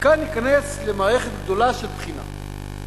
וכאן ניכנס למערכת גדולה של בחינה.